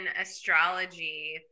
astrology